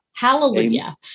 Hallelujah